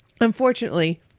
Unfortunately